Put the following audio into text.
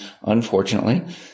unfortunately